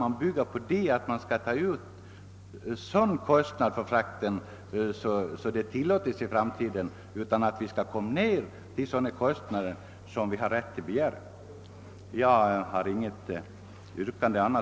Jag hoppas att man inte skall tillåta så höga avgifter i framtiden, utan att vi skall få sådana rimliga fraktkostnader som vi har rätt att begära.